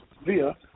via